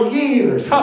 years